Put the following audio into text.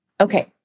Okay